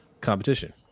competition